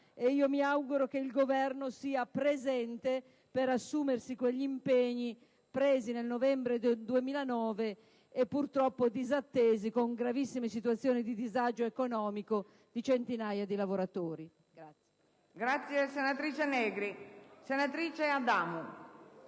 e mi auguro che il Governo sarà presente per assumersi quegli impegni presi nel novembre del 2009 e purtroppo disattesi, con gravissime situazioni di disagio economico per centinaia di lavoratori. **Per